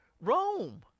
Rome